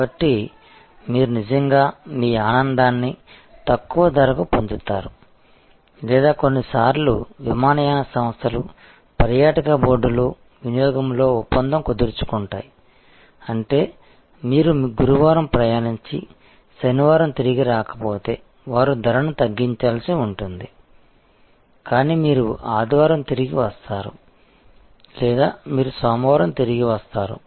కాబట్టి మీరు నిజంగా మీ ఆనందాన్ని తక్కువ ధరకు పొందుతారు లేదా కొన్నిసార్లు విమానయాన సంస్థలు పర్యాటక బోర్డులో వినియోగంలో ఒప్పందం కుదుర్చుకుంటాయి అంటే మీరు గురువారం ప్రయాణించి శనివారం తిరిగి రాకపోతే వారు ధరను తగ్గించాల్సి ఉంటుంది కాని మీరు ఆదివారం తిరిగి వస్తారు లేదా మీరు సోమవారం తిరిగి వస్తారు